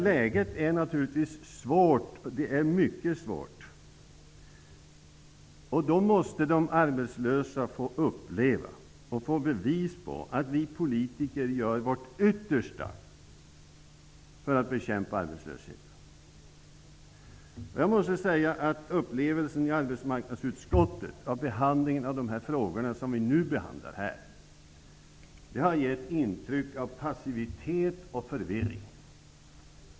Läget är naturligtvis mycket svårt. De arbetslösa måste känna och få bevis på att vi politiker gör vårt yttersta för att bekämpa arbetslösheten. Jag måste säga att behandlingen i arbetsmarknadsutskottet av dessa frågor gav intryck av passivitet och förvirring.